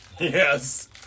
Yes